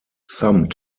some